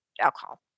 alcohol